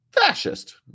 fascist